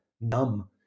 numb